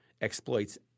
exploits